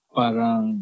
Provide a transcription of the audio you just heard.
parang